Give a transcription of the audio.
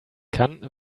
kann